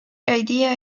idea